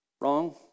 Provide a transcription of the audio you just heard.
Wrong